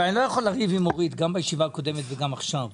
אבל אני לא יכול לריב עם אורית גם בישיבה הקודמת וגם עכשיו.